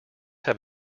have